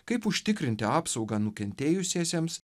kaip užtikrinti apsaugą nukentėjusiesiems